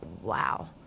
wow